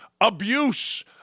abuse